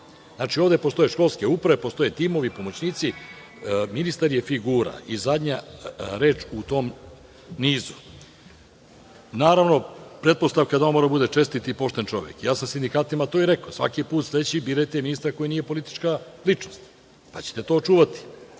Znači, ovde postoje školske uprave, postoje timovi i pomoćnici. Ministar je figura i zadnja reč u tom nizu. Naravno, pretpostavka je da on mora da bude čestit i pošten čovek. Ja sam sindikatima to i rekao – svaki put sledeći birajte ministra koji nije politička ličnost, pa ćete to očuvati,